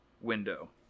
window